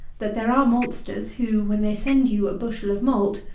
that there are maltsters who, when they send you a bushel of malt,